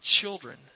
children